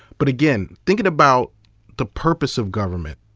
but again, thinking about the purpose of government,